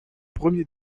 premier